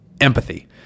empathy